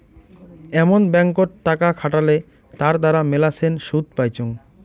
এমন ব্যাঙ্কত টাকা খাটালে তার দ্বারা মেলাছেন শুধ পাইচুঙ